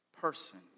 person